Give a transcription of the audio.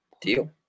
Deal